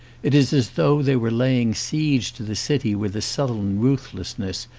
it is as though they were laying siege to the city, with a sullen ruth lessness,